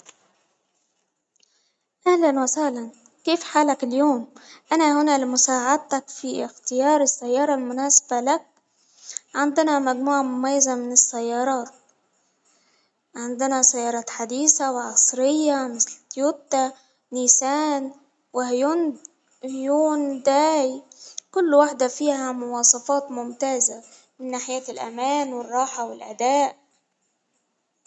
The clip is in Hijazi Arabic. أهلا وسهلا، كيف حالك اليوم؟ أنا هنا لمساعدتك في إختيار السيارة المناسبة لك، عندنا مجموعة مميزة من السيارات، عندنا سيارات حديثة وعصرية مثل تويوتا ،نيسان، وهيوند-هيونداي كل واحدة فيها مواصفات ممتازة من ناحية الأمان والراحة والأداء.